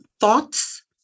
Thoughts